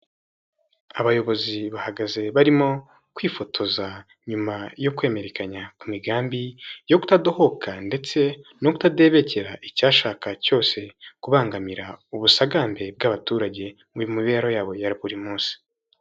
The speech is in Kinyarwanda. Abayobozi bahagaze barimo kwifotoza nyuma yo kwemerekanya ku migambi yo kutadohoka ndetse no kutadebekera icyashakaga cyose kubangamira ubusagambe bw'abaturage mu mibereho yabo ya buri munsi.